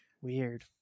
Weird